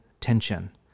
tension